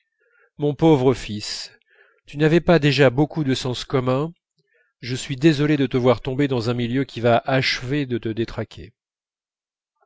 mon pauvre fils tu n'avais pas déjà beaucoup de sens commun je suis désolé de te voir tomber dans un milieu qui va achever de te détraquer